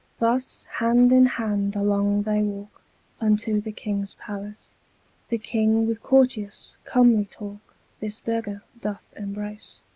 thus hand in hand along they walke unto the king's pallace the king with courteous, comly talke this begger doth embrace.